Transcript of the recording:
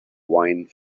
wine